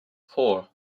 four